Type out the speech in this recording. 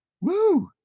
Woo